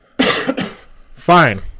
Fine